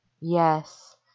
Yes